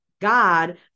God